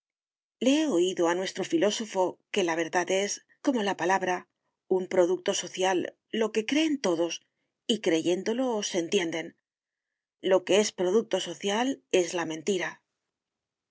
he oído a nuestro filósofo que la verdad es como la palabra un producto social lo que creen todos y creyéndolo se entienden lo que es producto social es la mentira